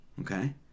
okay